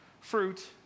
fruit